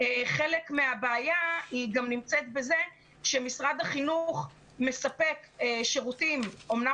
חלק מהבעיה גם נמצאת בזה שמשרד החינוך מספק שירותים אמנם